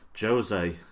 Jose